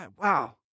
Wow